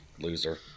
loser